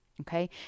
Okay